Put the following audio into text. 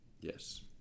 Yes